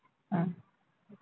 ah